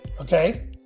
Okay